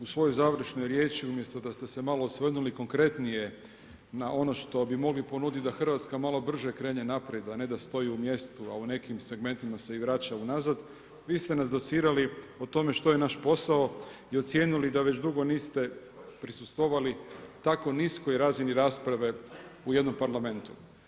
U svojoj završnoj riječi umjesto da ste se malo osvrnuli konkretnije na ono što bi mogli ponuditi da Hrvatska malo brže krene naprijed, a ne da stoji u mjestu, a u nekim segmentima se i vraća unazad vi ste nas docirali o tome što je naš posao i ocijenili da već dugo niste prisustvovali tako niskoj razini rasprave u jednom Parlamentu.